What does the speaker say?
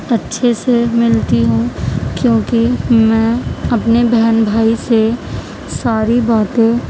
اچھے سے ملتی ہوں کیونکہ میں اپنے بہن بھائی سے ساری باتیں